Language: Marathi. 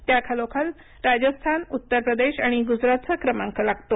त्याखालोखाल राजस्थान उत्तरप्रदेश आणि गुजरातचा क्रमांक लागतो